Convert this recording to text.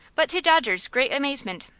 but, to dodger's great amazement,